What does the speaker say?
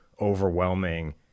overwhelming